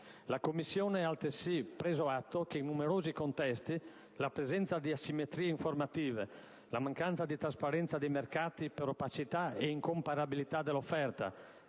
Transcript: La Commissione ha altresì preso atto che in numerosi contesti la presenza di asimmetrie informative, la mancanza di trasparenza dei mercati per opacità e incomparabilità dell'offerta